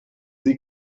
sie